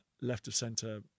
left-of-centre